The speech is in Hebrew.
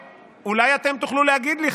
אולי אתם תוכלו להגיד לי,